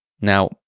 Now